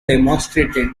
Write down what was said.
demonstrated